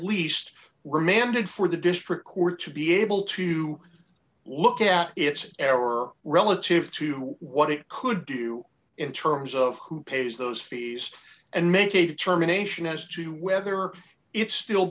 least remanded for the district court to be able to look at its error or relative to what it could do in terms of who pays those fees and make a determination as to whether it's still